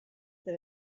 that